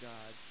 God